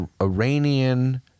Iranian